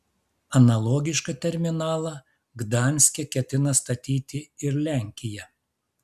analogišką terminalą gdanske ketina statyti ir lenkija